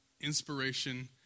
inspiration